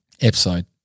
episode